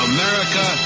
America